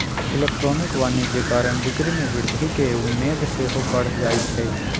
electronic वाणिज्य कारण बिक्री में वृद्धि केँ उम्मेद सेहो बढ़ जाइ छइ